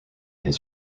his